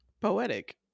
Poetic